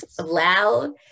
loud